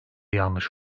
yanlış